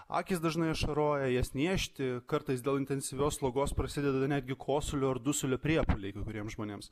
akys dažnai ašaroja jas niežti kartais dėl intensyvios slogos prasideda netgi kosulio ar dusulio priepuoliai kai kuriems žmonėms